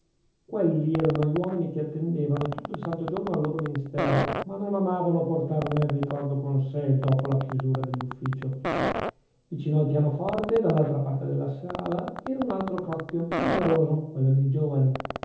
quelli erano gli uomini che attendevano tutto il santo giorno al loro ministero ma non amavano portarne il ricordo con sè dopo la chiusura dell'uffizio vicino al pianoforte dall'altra parte della sala era un altro crocchio più numeroso quello dei giovani